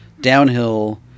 downhill